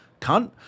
cunt